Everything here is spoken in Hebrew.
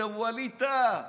ווליד טאהא,